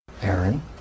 Aaron